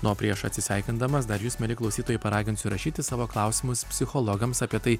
na o prieš atsisveikindamas dar jus mieli klausytojai paraginsiu rašyti savo klausimus psichologams apie tai